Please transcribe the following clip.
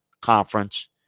conference